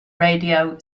radio